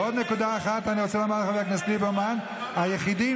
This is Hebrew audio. ועוד נקודה אחת שאני רוצה לומר לחבר הכנסת ליברמן: היחידים